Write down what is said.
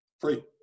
Free